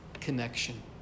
connection